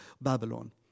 Babylon